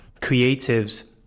creatives